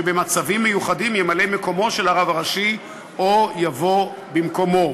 שבמצבים מיוחדים ימלא מקומו של הרב הראשי או יבוא במקומו.